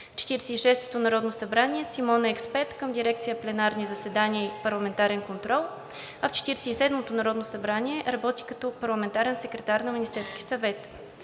и шестото народно събрание Симона е експерт към Дирекция „Пленарни заседания и парламентарен контрол“, а в Четиридесет и седмото народно събрание работи като парламентарен секретар на Министерския съвет.